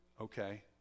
Okay